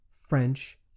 French